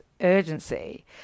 urgency